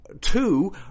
Two